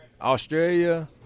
Australia